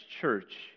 church